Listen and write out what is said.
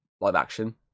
live-action